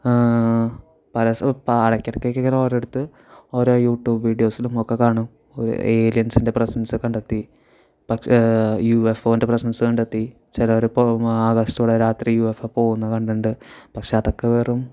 palace ഓ പാലക്കൊക്കെ ഓരോ ഇടത്ത് ഓരോ യുട്യൂബ് വിഡിയോസിലും ഒക്കെ കാണും ഏലിയൻസിൻ്റെ പ്രസൻസ് കണ്ടെത്തി പക്ഷേ യു എഫ് ഓൻ്റെ പ്രസൻസ് കണ്ടെത്തി ചിലരിപ്പോൾ ആകാശത്തു കൂടി രാത്രി യു എഫ് ഓ പോകുന്നതു കണ്ടിട്ടുണ്ട് പക്ഷേ അതൊക്കെ വെറും